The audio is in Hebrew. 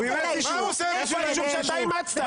איפה היישוב שאתה אימצת?